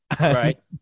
Right